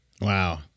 wow